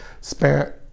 spent